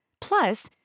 Plus